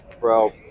bro